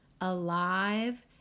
alive